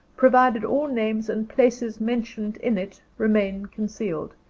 provided all names and places mentioned in it remained concealed,